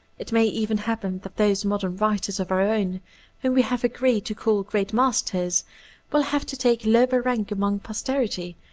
it may even happen that those modern writers of our own whom we have agreed to call great masters will have to take lower rank among posterity,